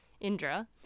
Indra